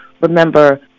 remember